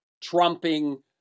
trumping